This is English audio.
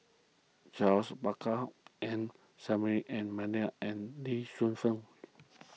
Charles Paglar M Saffri A and Lee Shu Fen